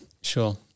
Sure